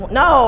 no